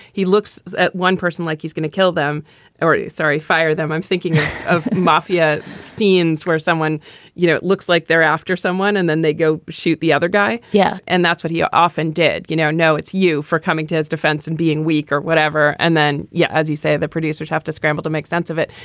he looks at one person like he's going to kill them already. sorry. fire them. i'm thinking of mafia scenes where someone you know, it looks like they're after someone and then they go shoot the other guy. yeah. and that's what he often did. you know, no, it's you for coming to his defense and being weak or whatever. and then, yeah, as you say, the producers have to scramble to make sense of it.